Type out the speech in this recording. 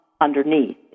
underneath